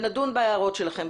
ונדון בהערות שלכם.